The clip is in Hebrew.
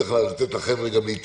וצריך לתת לחבר'ה גם להתארגן.